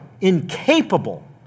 incapable